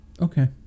Okay